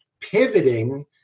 Pivoting